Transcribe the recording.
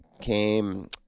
came